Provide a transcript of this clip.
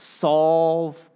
Solve